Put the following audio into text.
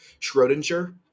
Schrodinger